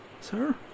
Sir